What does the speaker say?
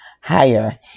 higher